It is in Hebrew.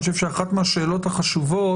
אני חושב שאחת מהשאלות החשובות,